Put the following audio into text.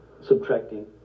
subtracting